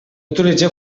utilitzeu